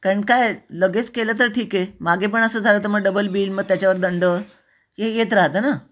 कारण काय लगेच केलं तर ठीक आहे मागे पण असं झालं तर मग डबल बिल मग त्याच्यावर दंड हे येत राहतं ना